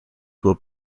will